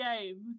game